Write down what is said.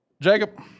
Jacob